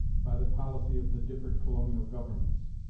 by the policy of the different colonial governments.